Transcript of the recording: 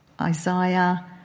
Isaiah